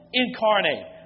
incarnate